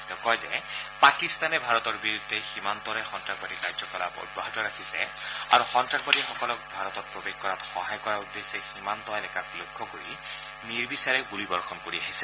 তেওঁ কয় যে পাকিস্তানে ভাৰতৰ বিৰুদ্ধে সীমান্তৰে সন্নাসবাদী কাৰ্যকলাপ অব্যাহত ৰাখিছে আৰু সন্ত্ৰাসবাদীসকলক ভাৰতত প্ৰৱেশ কৰাত সহায় কৰাৰ উদ্দেশ্যে সীমান্ত এলেকাক লক্ষ্য কৰি নিৰ্বিচাৰে গুলীবৰ্ষণ কৰি আহিছে